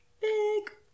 big